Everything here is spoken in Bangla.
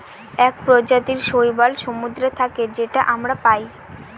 এক প্রজাতির শৈবাল সমুদ্রে থাকে যেটা আমরা পায়